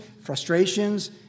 frustrations